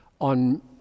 on